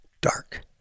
dark